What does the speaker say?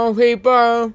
people